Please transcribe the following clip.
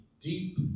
deep